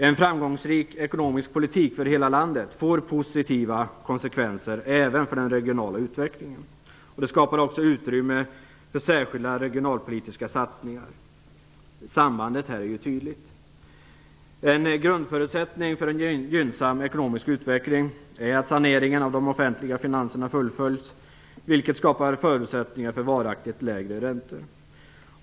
En framgångsrik ekonomisk politik för hela landet får positiva konsekvenser även för den regionala utvecklingen. Det skapar också utrymme för särskilda regionalpolitiska satsningar. Sambandet är tydligt. En grundförutsättning för en gynnsam ekonomisk utveckling är att saneringen av de offentliga finanserna fullföljs, vilket skapar goda förutsättningar för varaktigt lägre räntor.